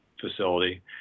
facility